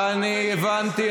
מבקש, נורבגי, אני הבנתי.